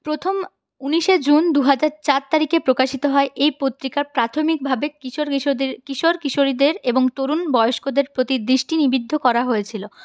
প্রথম উনিশে জুন দুহাজার চার তারিখে প্রকাশিত হয় এই পত্রিকার প্রাথমিকভাবে কিশোর কিশোরদের কিশোর কিশোরীদের এবং তরুণ বয়স্কদের প্রতি দৃষ্টি নিবদ্ধ করা হয়েছিল